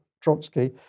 Trotsky